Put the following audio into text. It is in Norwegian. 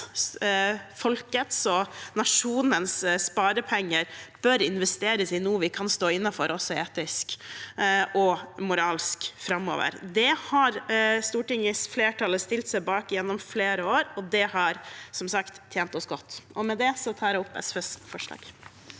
folkets og nasjonens sparepenger bør investeres i noe vi kan stå inne for også etisk og moralsk framover. Det har Stortingets flertall stilt seg bak gjennom flere år, og det har, som sagt, tjent oss godt. Med det tar jeg opp forslagene